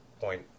point